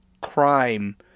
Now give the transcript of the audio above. crime